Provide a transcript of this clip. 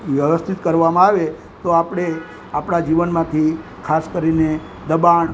વ્યવથિત કરવામાં આવે તો આપણે આપણા જીવનમાંથી ખાસ કરીને દબાણ